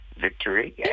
victory